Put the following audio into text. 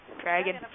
Dragon